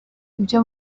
ibyo